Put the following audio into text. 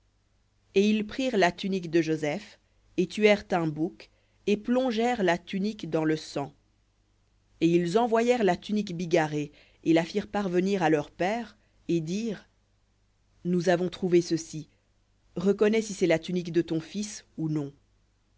et ils prirent la tunique de joseph et tuèrent un bouc et plongèrent la tunique dans le sang et ils envoyèrent la tunique bigarrée et la firent parvenir à leur père et dirent nous avons trouvé ceci reconnais si c'est la tunique de ton fils ou non